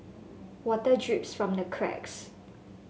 water drips from the cracks